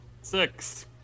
Six